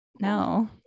no